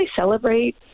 celebrate